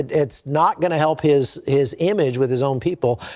it's not going to help his his image with his own people.